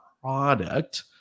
product